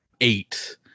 eight